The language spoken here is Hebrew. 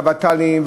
והוות"לים,